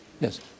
Yes